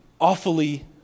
awfully